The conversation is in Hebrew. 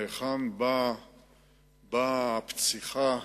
מהיכן באה פציחת